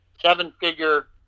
Seven-figure